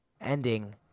ending